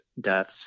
deaths